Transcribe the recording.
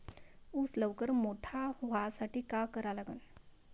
ऊस लवकर मोठा व्हासाठी का करा लागन?